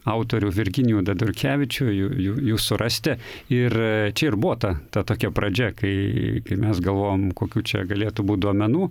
autorių virginijų dadurkevičių jų jų jūs surasite ir čia ir buvo ta tokia pradžia kai mes galvojom kokių čia galėtų būt duomenų